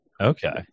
Okay